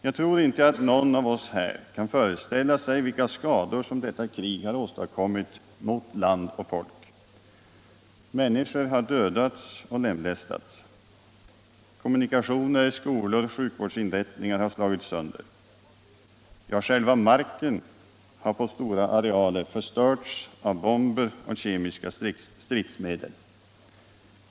Jag tror inte att någon av oss här kan föreställa sig vilka skador som deua krig har åstadkommit för land och folk. Människor har dödats och lemlästats. Kommunikationer, skolor och sjukvårdsinrättningar har slagits sönder, ja, själva marken har på stora arealer förstörts av bomber och kemiska stridsmedel.